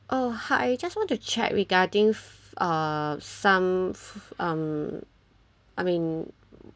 oh hi just want to check regarding uh some um I mean